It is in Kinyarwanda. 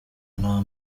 nta